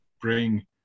bring